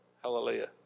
hallelujah